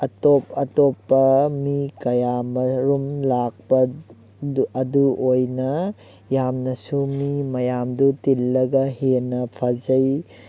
ꯑꯇꯣꯞ ꯑꯇꯣꯞꯄ ꯃꯤ ꯀꯌꯥꯝꯃꯔꯨꯝ ꯂꯥꯛꯄ ꯑꯗꯨ ꯑꯣꯏꯅ ꯌꯥꯝꯅꯁꯨ ꯃꯤ ꯃꯌꯥꯝꯗꯨ ꯇꯤꯜꯂꯒ ꯍꯦꯟꯅ ꯐꯖꯩ